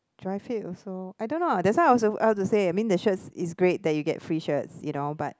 dry fit also I don't know that's why I was about to say I mean the shirt is great that you get free shirts you know but